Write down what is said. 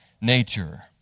nature